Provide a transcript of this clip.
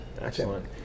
Excellent